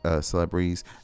Celebrities